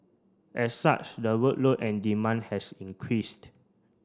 as such the workload and demand has increased